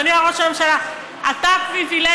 אדוני ראש הממשלה: אתה פריבילגי,